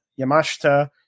Yamashita